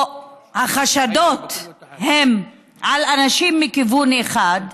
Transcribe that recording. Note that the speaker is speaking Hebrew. או החשדות הם על אנשים מכיוון אחד,